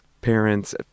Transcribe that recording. parents